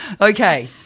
Okay